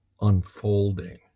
unfolding